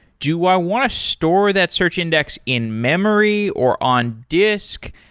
do i want to store that search index in-memory, or on disk?